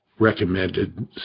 recommended